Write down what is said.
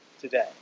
today